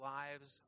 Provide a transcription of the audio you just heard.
lives